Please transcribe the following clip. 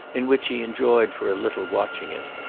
in which he enjoyed for a little watching it.